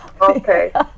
Okay